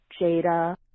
Jada